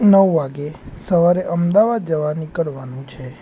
નવ વાગ્યે સવારે અમદાવાદ જવા નીકળવાનું છે